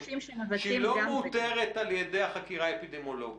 שהיא לא מאותרת על ידי החקירה האפידמיולוגית,